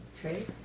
trade